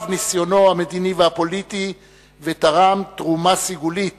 ניסיונו המדיני והפוליטי ותרם תרומה סגולית